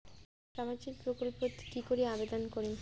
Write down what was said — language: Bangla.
সামাজিক প্রকল্পত কি করি আবেদন করিম?